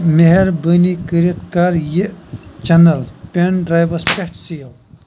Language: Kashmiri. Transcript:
مٮ۪ہربٲنی کٔرِتھ کر یِہ چَنَل پٮ۪نڈرٛایوَس پٮ۪ٹھ سیو